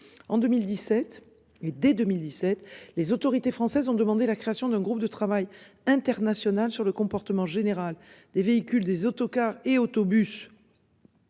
en 2017 et dès 2017 les autorités françaises ont demandé la création d'un groupe de travail international sur le comportement général des véhicules des autocars et autobus.